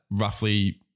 roughly